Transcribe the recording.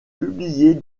publiée